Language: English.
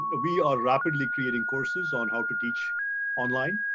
but we are rapidly creating courses on how to teach online.